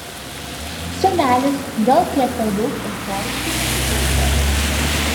senelis gal kiek per daug euforiškai nusiteikęs